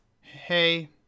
Hey